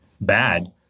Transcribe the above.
bad